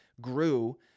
grew